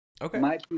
Okay